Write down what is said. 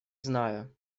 знаю